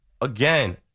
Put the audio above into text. Again